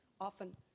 often